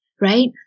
right